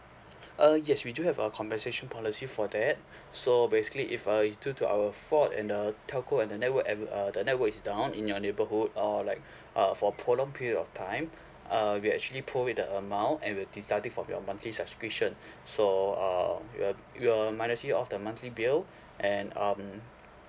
uh yes we do have a compensation policy for that so basically if uh due to our fault and the telco and the network and uh the network is down in your neighbourhood or like uh for prolonged period of time uh we actually pull it a amount and we'll deduct it from your monthly subscription so uh we'll we will minus it off the monthly bill and um